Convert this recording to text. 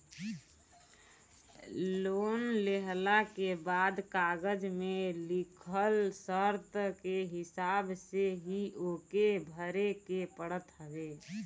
loan लेहला के बाद कागज में लिखल शर्त के हिसाब से ही ओके भरे के पड़त हवे